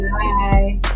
Bye